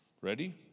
Ready